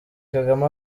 kagame